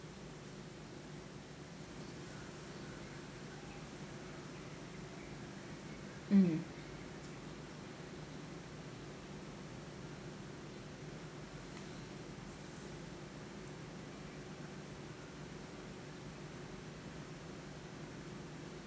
mm